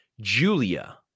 Julia